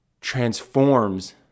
transforms